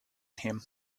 him